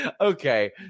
okay